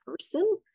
person